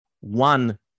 one